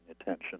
attention